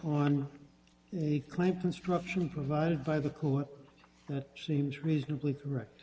a claim construction provided by the court that seems reasonably correct